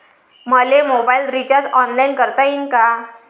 मले mobile recharge online करता येईन का?